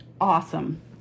Awesome